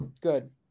good